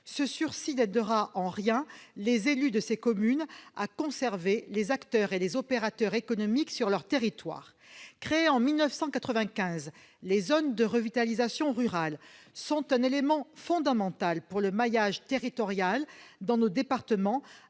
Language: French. ce sursis n'aidera en rien les élus de ces communes à conserver les acteurs et les opérateurs économiques sur leur territoire. Créées en 1995, les ZRR sont un élément fondamental du maillage territorial dans nos départements.